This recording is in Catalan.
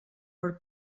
per